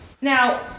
Now